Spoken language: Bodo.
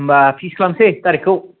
होमबा फिक्स खालामसै गारिखौ